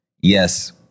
yes